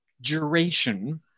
duration